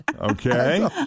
Okay